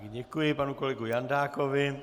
Děkuji panu kolegovi Jandákovi.